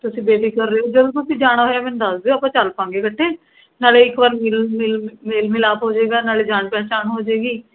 ਤੁਸੀਂ ਬੇਫ਼ਿਕਰ ਰਹਿਓ ਜਦੋਂ ਤੁਸੀਂ ਜਾਣਾ ਹੋਇਆ ਮੈਨੂੰ ਦੱਸ ਦਿਓ ਆਪਾਂ ਚੱਲ ਪਵਾਂਗੇ ਇਕੱਠੇ ਨਾਲੇ ਇੱਕ ਵਾਰ ਮਿਲ ਮਿਲ ਮੇਲ ਮਿਲਾਪ ਹੋ ਜੇਗਾ ਨਾਲੇ ਜਾਣ ਪਹਿਚਾਣ ਹੋ ਜੇਗੀ